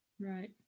right